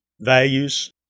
values